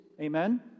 Amen